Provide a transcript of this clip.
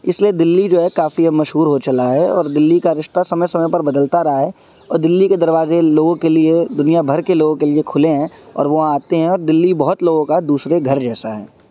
اس لیے دلی جو ہے کافی اب مشہور ہو چلا ہے اور دلی کا رشتہ سمے سمے پر بدلتا رہا ہے اور دلی کے دروازے لوگوں کے لیے دنیا بھر کے لوگوں کے لیے کھلے ہیں اور وہاں آتے ہیں اور دلی بہت لوگوں کا دوسرے گھر جیسا ہے